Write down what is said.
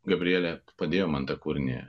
gabrielė padėjo man tą kūrinį